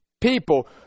people